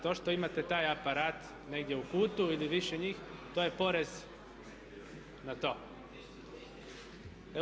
To što imate taj aparat negdje u kutu ili više njih, to je porez na to.